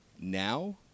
now